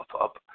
up